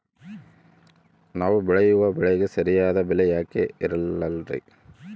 ನಾವು ಬೆಳೆಯುವ ಬೆಳೆಗೆ ಸರಿಯಾದ ಬೆಲೆ ಯಾಕೆ ಇರಲ್ಲಾರಿ?